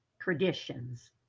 Traditions